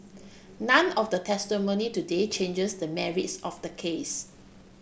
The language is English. none of the testimony today changes the merits of the case